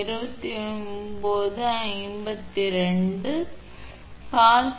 இப்போது பகுதி d இல் cos 𝜙 0